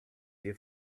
your